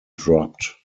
dropped